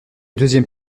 deuxième